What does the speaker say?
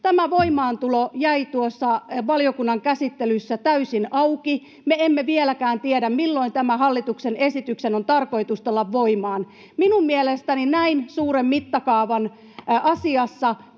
Tämä voimaantulo jäi tuossa valiokunnan käsittelyssä täysin auki. Me emme vieläkään tiedä, milloin tämän hallituksen esityksen on tarkoitus tulla voimaan. Minun mielestäni näin suuren mittakaavan asiassa